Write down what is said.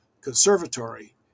Conservatory